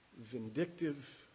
vindictive